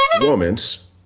woman's